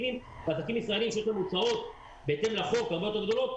העסקים הישראלים שיש להם הוצאות הרבה יותר גדולות בהתאם לחוק,